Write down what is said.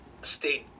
state